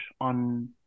on